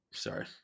Sorry